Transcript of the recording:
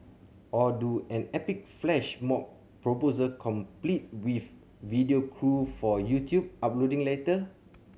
or do an epic flash mob proposal complete with video crew for YouTube uploading later